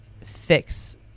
fix